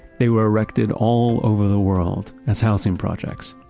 they were erected all over the world as housing projects,